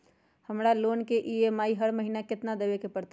हमरा लोन के ई.एम.आई हर महिना केतना देबे के परतई?